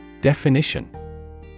Definition